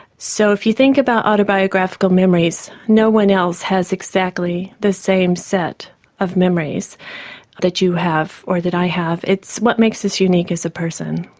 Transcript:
so if you think about autobiographical memories, no one else has exactly the same set of memories that you have or that i have. it's what makes us unique as a person.